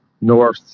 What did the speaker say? north